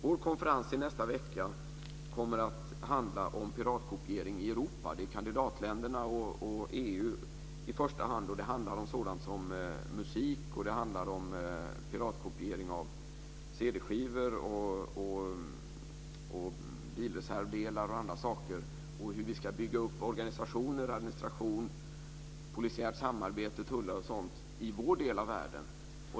Vår konferens i nästa vecka kommer att handla om piratkopiering i Europa. Det är fråga om kandidatländerna och EU i första hand, och det handlar om sådant som musik, piratkopiering av cd-skivor, bilreservdelar osv. och hur vi ska bygga upp organisation och administration, polisiärt samarbete, tullar och sådant i vår del av världen.